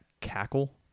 cackle